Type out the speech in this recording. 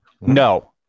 No